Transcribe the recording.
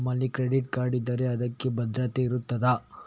ನಮ್ಮಲ್ಲಿ credit card ಇದ್ದರೆ ಅದಕ್ಕೆ ಭದ್ರತೆ ಇರುತ್ತದಾ?